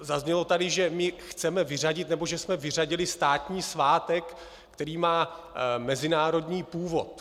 Zaznělo tady, že chceme vyřadit, nebo že jsme vyřadili státní svátek, který má mezinárodní původ.